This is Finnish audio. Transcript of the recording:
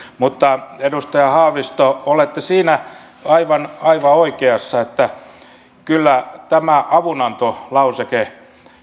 mutta edustaja haavisto olette aivan aivan oikeassa siinä että kyllä tämä avunantolauseke